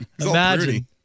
Imagine